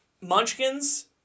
Munchkins